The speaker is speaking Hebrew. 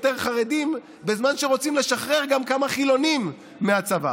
חרדים בזמן שרוצים לשחרר גם כמה חילונים מהצבא,